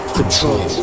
control